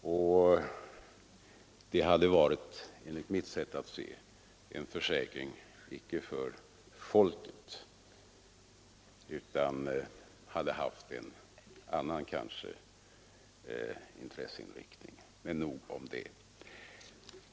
Det hade enligt mitt sätt att se icke varit en försäkring för hela folket utan en försäkring med en annan intresseinriktning.